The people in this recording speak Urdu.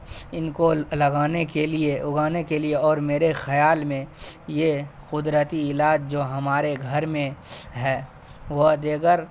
ان کو لگانے کے لیے اگانے کے لیے اور میرے خیال میں یہ قدرتی علاج جو ہمارے گھر میں ہے وہ دیگر